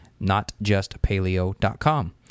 notjustpaleo.com